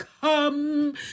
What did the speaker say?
come